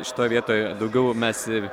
šitoj vietoj daugiau mes ir